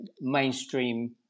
mainstream